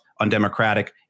undemocratic